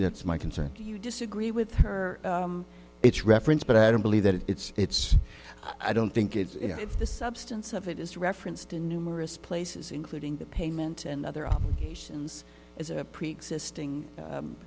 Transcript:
that's my concern you disagree with her it's reference but i don't believe that it's it's i don't think it's the substance of it is referenced in numerous places including the payment and other obligations as a preexisting